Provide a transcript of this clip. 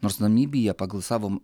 nors namibija pagal savo